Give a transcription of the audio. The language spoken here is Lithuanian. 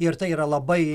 ir tai yra labai